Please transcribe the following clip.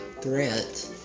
threat